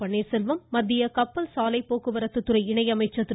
பன்னீர்செல்வம் மத்திய கப்பல் சாலை போக்குவரத்துத்துறை இணை அமைச்சர் திரு